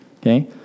okay